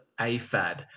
AFAD